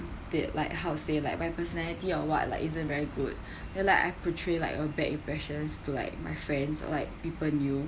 that like how to say like my personality or what like isn't very good ya like I portray like a bad impressions to like my friends or like people knew